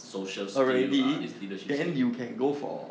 social skill uh this leadership skill